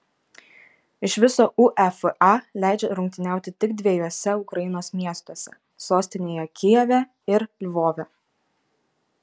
iš viso uefa leidžia rungtyniauti tik dviejuose ukrainos miestuose sostinėje kijeve ir lvove